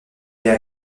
est